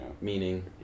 Meaning